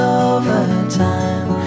overtime